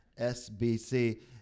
sbc